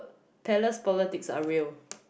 Thales politics are real